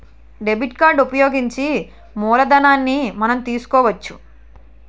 debit card ఉపయోగించి మూలధనాన్ని మనం తీసుకోవచ్చు